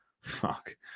fuck